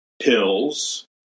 pills